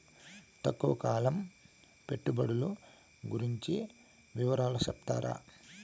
తక్కువ కాలం పెట్టుబడులు గురించి వివరాలు సెప్తారా?